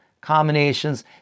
combinations